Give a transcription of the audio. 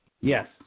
Yes